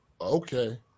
Okay